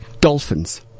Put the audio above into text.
Dolphins